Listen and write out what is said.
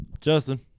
Justin